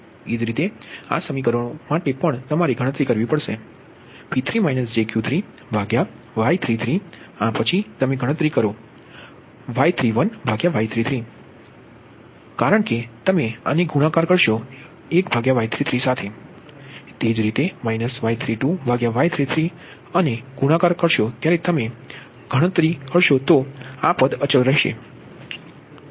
એ જ રીતે આ સમીકરણો માટે પણ તમારે ગણતરી કરવી પડશે P3 jQ3Y33આ પછી તમે ગણતરી કરો Y31Y33તમે ગણતરી કરો કારણ કે તમે આને ગુણાકાર કરો છો 1Y33સાથે અને તે જ રીતે Y32Y33 જ્યારે તમે આને ગુણાકાર કરો ત્યારે તમે ગણતરી કરો કારણ કે આ શબ્દ અચલ રહેશે